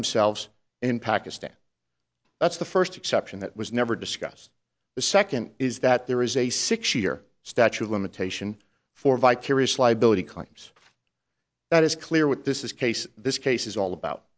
themselves in pakistan that's the first exception that was never discussed the second is that there is a six year statute of limitation for vicarious liability claims that is clear what this is case this case is all about